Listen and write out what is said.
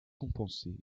compensé